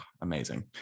amazing